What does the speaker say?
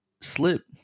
slip